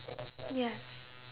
yes